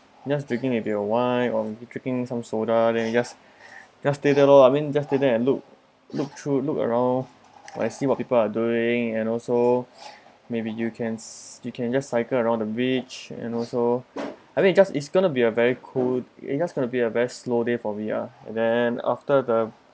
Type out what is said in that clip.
you just drinking if you have wine or maybe drinking some soda then you just just stay there loh I mean just stay there and look look through look around and I see what people are doing and also maybe you can you can just cycle around the beach and also I mean it just it's going to be a very cool it just going to be a very slow day for me ah and then after the